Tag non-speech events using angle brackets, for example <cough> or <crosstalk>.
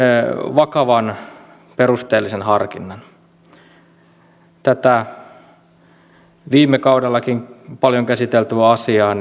vakavan perusteellisen harkinnan tätä viime kaudellakin paljon käsiteltyä asiaa <unintelligible>